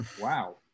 Wow